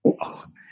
Awesome